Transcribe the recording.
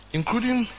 Including